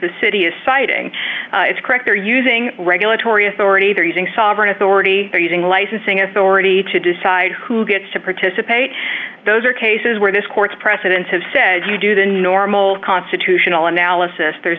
the city is citing it's correct they're using regulatory authority they're using sovereign authority or using licensing authority to decide who gets to participate those are cases where this court's precedents have said you do the normal constitutional analysis there's